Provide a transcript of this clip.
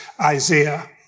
Isaiah